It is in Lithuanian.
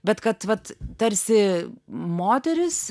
bet kad vat tarsi moterys